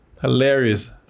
hilarious